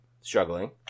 struggling